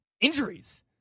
Injuries